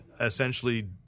essentially –